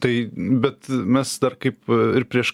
tai bet mes dar kaip ir prieš